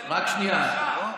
אז למה אתה לא רוצה,